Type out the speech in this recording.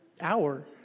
hour